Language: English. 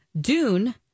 Dune